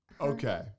Okay